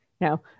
Now